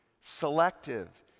selective